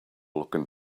looking